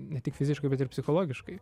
ne tik fiziškai bet ir psichologiškai